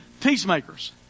peacemakers